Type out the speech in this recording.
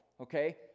Okay